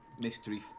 mystery